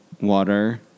water